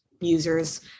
users